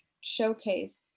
showcase